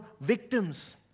victims